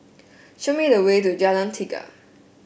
show me the way to Jalan Tiga